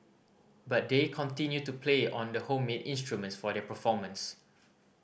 but they continue to play on the homemade instruments for their performance